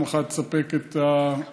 מצד אחד לספק את המרעה,